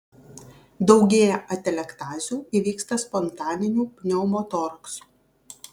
daugėja atelektazių įvyksta spontaninių pneumotoraksų